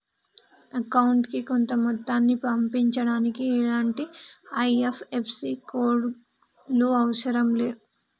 అకౌంటుకి కొంత మొత్తాన్ని పంపించడానికి ఎలాంటి ఐ.ఎఫ్.ఎస్.సి కోడ్ లు అవసరం లే